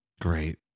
great